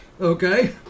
Okay